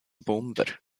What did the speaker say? bomber